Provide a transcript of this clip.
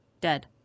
Dead